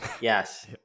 Yes